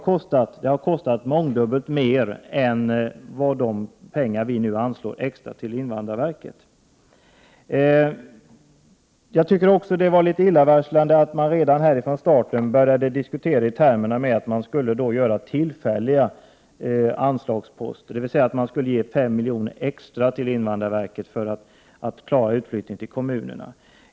Detta har kostat mångdubbelt mer än de summor vi nu anslår extra till invandrarverket. Jag tycker också att det var illavarslande att man redan från starten diskuterade i termer av att man skulle inrätta tillfälliga anslagsposter, dvs. man skulle ge 5 milj.kr. extra till invandrarverket för att klara utflyttningen till kommunerna.